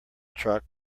truck